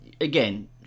again